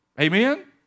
Amen